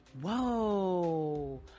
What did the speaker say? Whoa